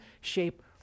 shape